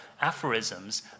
aphorisms